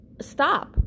stop